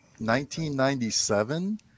1997